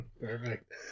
Perfect